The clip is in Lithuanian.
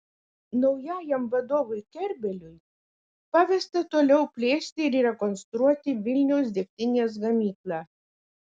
naujajam vadovui kerbeliui pavesta toliau plėsti ir rekonstruoti vilniaus degtinės gamyklą